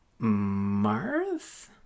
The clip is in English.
Marth